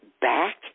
back